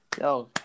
Yo